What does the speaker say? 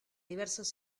diversos